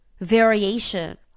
variation